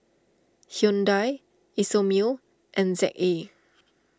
Hyundai Isomil and Z A